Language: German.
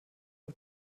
auf